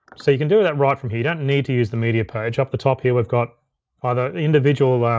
so you can do that right from here. you don't need to use the media page. up at the top here, we've got other individual, um